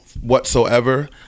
whatsoever